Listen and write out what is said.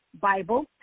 Bible